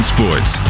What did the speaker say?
Sports